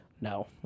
No